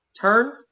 Turn